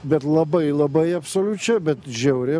bet labai labai absoliučią bet žiauriai